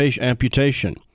amputation